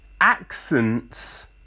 Accents